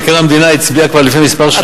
מבקר המדינה הצביע כבר לפני מספר שנים,